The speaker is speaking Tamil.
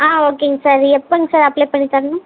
ஆ ஓகேங்க சார் எப்போங்க சார் அப்ளை பண்ணித்தரணும்